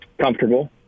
Comfortable